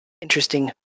interesting